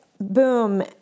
Boom